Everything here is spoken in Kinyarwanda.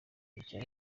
icyaba